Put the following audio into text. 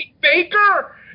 Baker